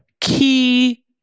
Key